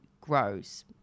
grows